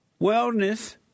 Wellness